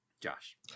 Josh